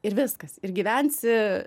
ir viskas ir gyvensi